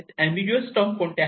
ambiguous term कोणत्या आहे